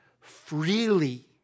freely